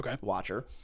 watcher